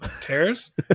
Tears